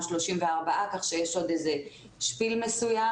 הוא 34 תלמידים כך שיש עוד שפיל מסוים.